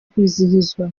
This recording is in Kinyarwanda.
kwizihizwa